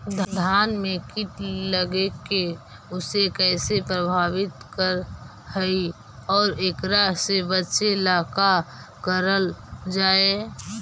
धान में कीट लगके उसे कैसे प्रभावित कर हई और एकरा से बचेला का करल जाए?